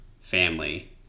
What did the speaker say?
family